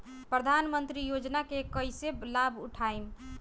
प्रधानमंत्री योजना के कईसे लाभ उठाईम?